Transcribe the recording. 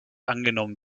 angenommen